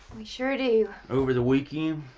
we sure do. over the weekend.